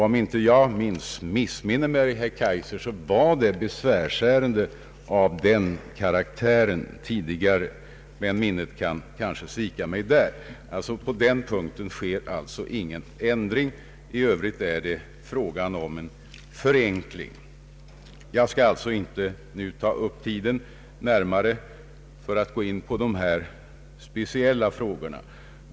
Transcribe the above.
Om jag inte missminner mig, herr Kaijser, var det ärenden av den karaktären vi diskuterade, men minnet kan svika mig där. På den punkten sker emellertid nu ingen ändring. I övrigt är det fråga om förenkling. Jag skall inte nu ta upp tiden med att närmare gå in på dessa speciella frågor.